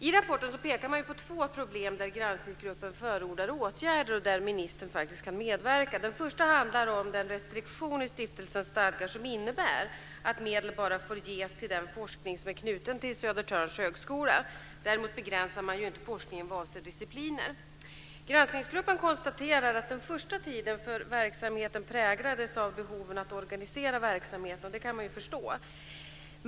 I rapporten pekar man på två problem där granskningsgruppen förordar åtgärder och där ministern faktiskt kan medverka. Det första handlar om den restriktion i stiftelsens stadgar som innebär att medel bara får ges till den forskning som är knuten till Södertörns högskola. Däremot begränsar man inte forskningen vad avser discipliner. Granskningsgruppen konstaterar att den första tiden för verksamheten präglades av behoven att organisera verksamhet. Det kan jag förstå.